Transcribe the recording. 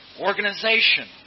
Organization